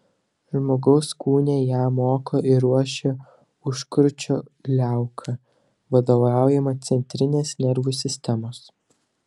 žmogaus kūne ją moko ir ruošia užkrūčio liauka vadovaujama centrinės nervų sistemos